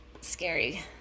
scary